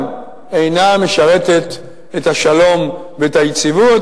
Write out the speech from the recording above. אינה משרתת את השלום ואת היציבות.